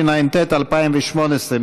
התשע"ט 2018,